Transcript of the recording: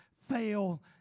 fail